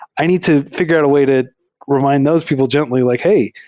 i need to figure out a way to remind those people gently like, hey,